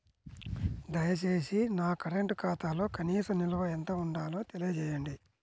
దయచేసి నా కరెంటు ఖాతాలో కనీస నిల్వ ఎంత ఉండాలో తెలియజేయండి